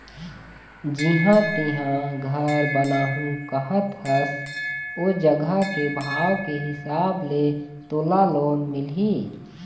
जिहाँ तेंहा घर बनाहूँ कहत हस ओ जघा के भाव के हिसाब ले तोला लोन मिलही